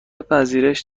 پذیرش